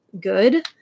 good